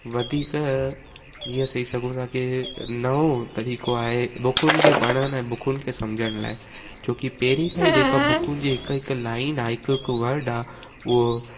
वधीक जीअं चई सघूं था की नओं तरीक़ो आहे बुकुनि खे पढ़ण ऐं बुकुनि खे सम्झण लाइ छो की पहिरीं खां ई जेको बुकुनि जे हिकु हिकु लाइन आ हिकु हिकु वर्ड आहे उहो